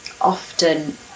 often